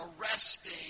arresting